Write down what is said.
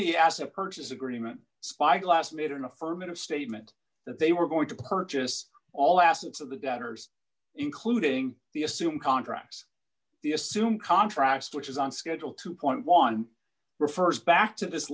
the asset purchase agreement spyglass made an affirmative statement that they were going to purchase all assets of the donors including the assume contracts the assume contract which is on schedule two point one refers back to this